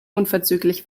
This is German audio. unverzüglich